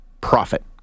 profit